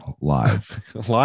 live